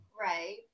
Right